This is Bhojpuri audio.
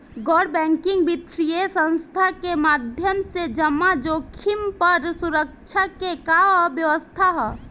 गैर बैंकिंग वित्तीय संस्था के माध्यम से जमा जोखिम पर सुरक्षा के का व्यवस्था ह?